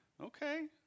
Okay